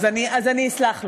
אז אסלח לו.